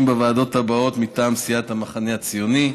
בוועדות האלה: מטעם סיעת המחנה הציוני,